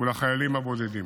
ולחיילים הבודדים.